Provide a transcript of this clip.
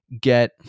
get